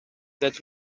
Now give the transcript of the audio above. that